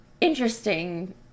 Interesting